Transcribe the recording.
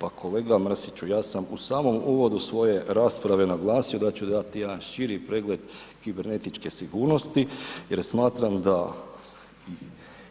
Pa kolega Mrsiću, ja sam u samom uvodu svoje rasprave naglasio da ću dati jedan širi pregled kibernetičke sigurnosti jer smatram da